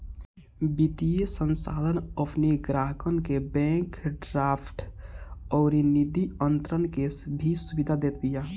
वित्तीय संस्थान अपनी ग्राहकन के बैंक ड्राफ्ट अउरी निधि अंतरण के भी सुविधा देत बिया